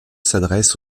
s’adresse